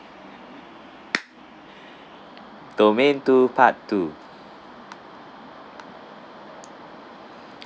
domain two part two